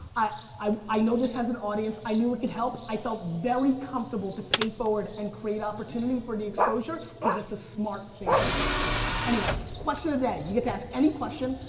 i i know this has an audience. i knew it could help. i felt very comfortable to pay forward and create opportunity for the exposure cause it's a smart thing to do. thank you. anyway, question of the day. you get to ask any question.